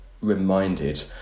reminded